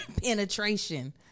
penetration